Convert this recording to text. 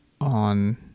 on